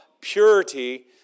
purity